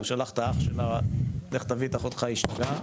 הוא שלח את האח שלה לך תביא את אחותך היא השתגעה,